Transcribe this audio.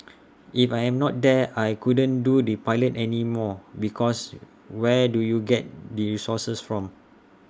if I am not there I couldn't do the pilot anymore because where do you get the resources from